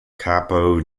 capo